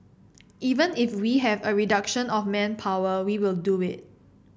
even if we have a reduction of manpower we will do it